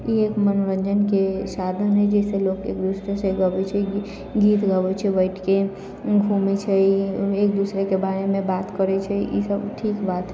ई एक मनोरञ्जनके साधन है जेहिसँ लोकके गबै छै गीत गबै छै बैठिके घुमै छै एक दूसरेके बारेमे बात करै छै ई सब ठीक बात